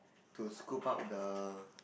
to scoop up the